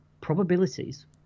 probabilities